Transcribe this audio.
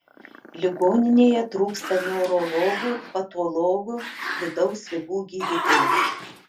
ligoninėje trūksta neurologų patologų vidaus ligų gydytojų